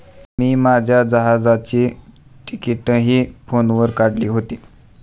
मी माझ्या जहाजाची तिकिटंही फोनवर काढली होती